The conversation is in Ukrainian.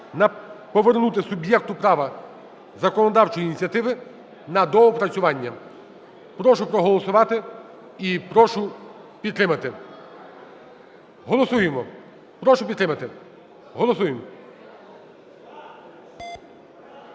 повернути суб'єкту права законодавчої ініціативи на доопрацювання. Прошу проголосувати і прошу підтримати. Голосуємо, прошу підтримати. Голосуємо.